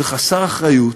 זה חסר אחריות,